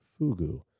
fugu